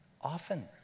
often